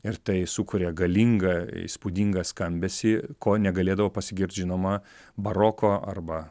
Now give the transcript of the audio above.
ir tai sukuria galingą įspūdingą skambesį ko negalėdavo pasigirt žinoma baroko arba